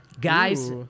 Guys